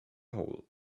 hole